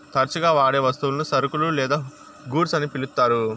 తరచుగా వాడే వస్తువులను సరుకులు లేదా గూడ్స్ అని పిలుత్తారు